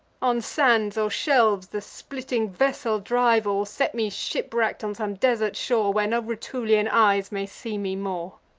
on sands or shelves the splitting vessel drive or set me shipwrack'd on some desart shore, where no rutulian eyes may see me more,